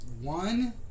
One